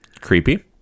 creepy